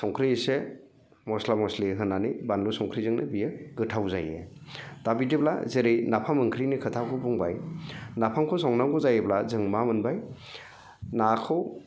संख्रि एसे मस्ला मस्लि होनानै बानलु संख्रिजोंनो बियो गोथाव जायो दा बिदिब्ला जेरै नाफाम ओंख्रिनि खोथाखौ बुंबाय नाफामखौ संनांगौ जायोब्ला जों मा मोनबाय नाखौ